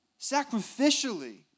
sacrificially